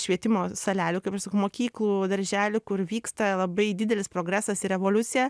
švietimo salelių kaip aš sakau mokyklų darželių kur vyksta labai didelis progresas ir revoliucija